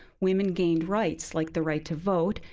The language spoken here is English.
women gained rights, like the right to vote,